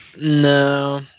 no